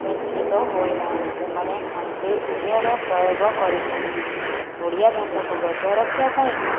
ମିଶ୍ରିତ ହୋଇନାହିଁ ସେମାନେ ଖାଣ୍ଟି ଓଡ଼ିଆର ପ୍ରୟୋଗ କରିଥାନ୍ତି ଓଡ଼ିଆ ଭାଷାକୁ ବଜାଏ ରଖିବା ପାଇଁ